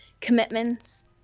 commitments